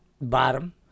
Bottom